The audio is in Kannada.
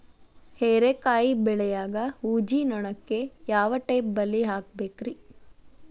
ಹೇರಿಕಾಯಿ ಬೆಳಿಯಾಗ ಊಜಿ ನೋಣಕ್ಕ ಯಾವ ಟೈಪ್ ಬಲಿ ಹಾಕಬೇಕ್ರಿ?